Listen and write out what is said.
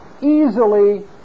easily